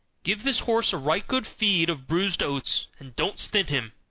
give this horse a right good feed of bruised oats, and don't stint him.